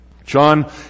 John